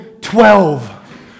twelve